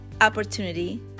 opportunity